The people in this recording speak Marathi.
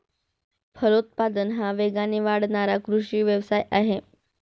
फलोत्पादन हा वेगाने वाढणारा कृषी व्यवसाय आहे